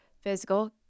physical